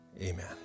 Amen